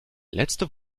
letzte